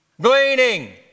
Gleaning